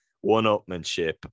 one-upmanship